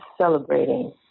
celebrating